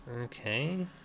okay